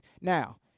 now